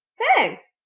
thanks!